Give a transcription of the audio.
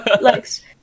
likes